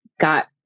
got